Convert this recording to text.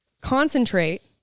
concentrate